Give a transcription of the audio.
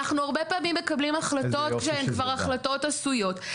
אנחנו הרבה פעמים מקבלים החלטות כשהן כבר החלטות עשויות.